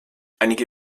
einige